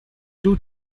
two